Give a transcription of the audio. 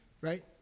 Right